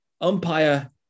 umpire